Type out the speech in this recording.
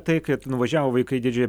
tai kad nuvažiavo vaikai į didžiąją